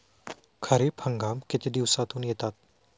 खरीप हंगाम किती दिवसातून येतात?